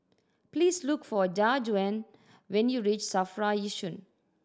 please look for Jajuan when you reach SAFRA Yishun